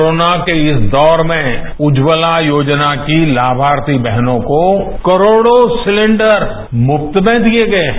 corona के इस दौर में उज्ज्वला योजना की लामार्थी बहनों को करोडो सिलेंडर मुफ्त में दिए गए हैं